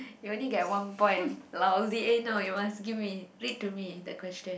you only get one point lousy eh no you must give me read to me the question